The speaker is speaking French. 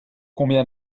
combien